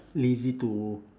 lazy to